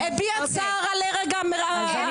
שישראל הרשמית הביעה צער על הרג העיתונאית.